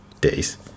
days